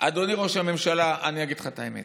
אדוני ראש הממשלה, אני אגיד לך את האמת.